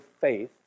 faith